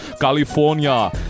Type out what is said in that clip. California